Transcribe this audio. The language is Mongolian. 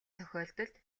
тохиолдолд